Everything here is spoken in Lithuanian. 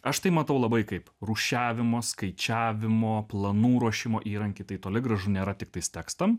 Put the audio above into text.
aš tai matau labai kaip rūšiavimo skaičiavimo planų ruošimo įrankį tai toli gražu nėra tiktais tekstam